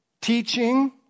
teaching